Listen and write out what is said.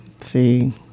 See